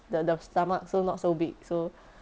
the the stomach so not so big so